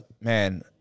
Man